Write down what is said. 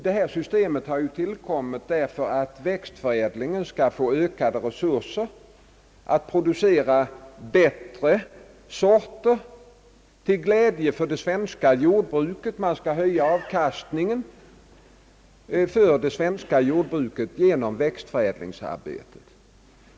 Detta system har ju tillkommit därför att växtförädlingen skall få ökade resurser att producera bättre sorter till glädje för de svenska jordbrukarna. Man skall höja avkastningen för det svenska jordbruket genom växtförädlingsarbetet.